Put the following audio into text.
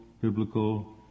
biblical